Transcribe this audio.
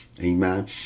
Amen